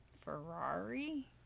Ferrari